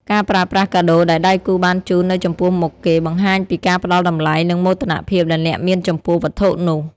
ការប្រើប្រាស់កាដូដែលដៃគូបានជូននៅចំពោះមុខគេ បង្ហាញពីការផ្ដល់តម្លៃ និងមោទនភាពដែលអ្នកមានចំពោះវត្ថុនោះ។